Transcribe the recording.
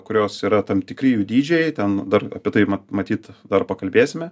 kurios yra tam tikri jų dydžiai ten dar apie tai ma matyt dar pakalbėsime